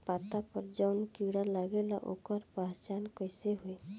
पत्ता पर जौन कीड़ा लागेला ओकर पहचान कैसे होई?